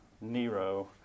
Nero